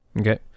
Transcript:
Okay